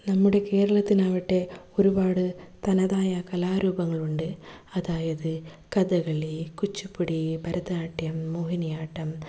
നമ്മുടെ കേരളത്തിനാവട്ടെ ഒരുപാട് തനതായ കലാരൂപങ്ങളുണ്ട് അതായത് കഥകളി കുച്ചിപ്പിടി ഭരതനാട്യം മോഹിനിയാട്ടം